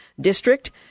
district